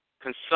consumption